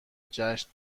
جشن